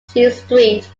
street